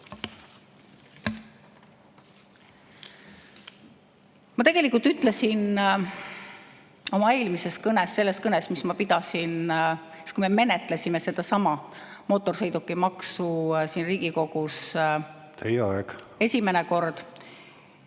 Ma ütlesin oma eelmises kõnes, selles kõnes, mille ma pidasin siis, kui me menetlesime sedasama mootorsõidukimaksu siin Riigikogus esimene kord